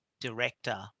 director